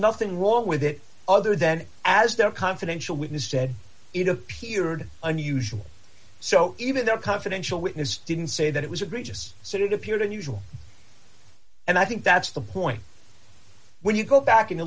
nothing wrong with it other than as their confidential witness said it appeared unusual so even their confidential witness didn't say that it was a gracious sit it appeared and usual and i think that's the point when you go back and